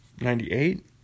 Ninety-eight